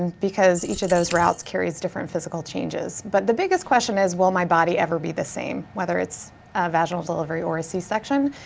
and because each of those routes carries different physical changes, but the biggest question is will my body ever be the same? whether it's vaginal delivery or a c-section.